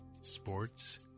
Sports